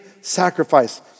sacrifice